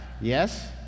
Yes